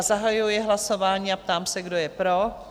Zahajuji hlasování a ptám se, kdo je pro?